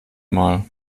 mal